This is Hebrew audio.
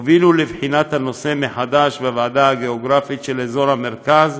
הובילו לבחינת הנושא מחדש בוועדה הגיאוגרפית של אזור המרכז,